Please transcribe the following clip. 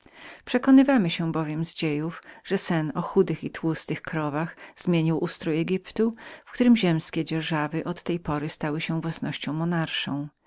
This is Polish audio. przekonywamy się bowiem z dziejów że sen o siedmiu chudych i tłustych krowach zmienił konstytucyą egiptu którego ziemskie dzierżawy od tej pory stały się własnością monarszą